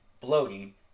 bloating